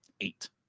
eight